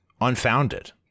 unfounded